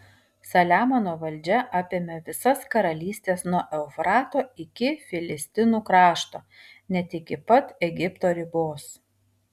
saliamono valdžia apėmė visas karalystes nuo eufrato iki filistinų krašto net iki pat egipto ribos